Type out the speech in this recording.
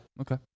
Okay